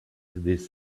this